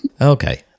Okay